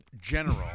General